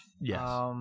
Yes